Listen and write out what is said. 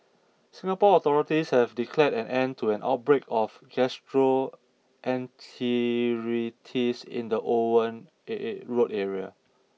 Singapore authorities have declared an end to an outbreak of gastroenteritis in the Owen Road area